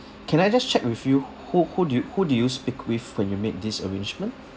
can I just check with you who who do you who do you speak with when you made this arrangement